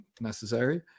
necessary